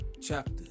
chapter